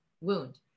wound